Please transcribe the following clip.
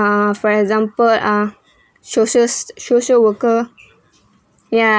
uh for example are social social worker ya